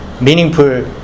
meaningful